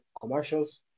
commercials